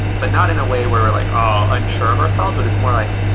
but not in a way where we're like, oh! i'm sure of ourselves, but it's more like,